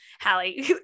Hallie